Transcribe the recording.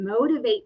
motivates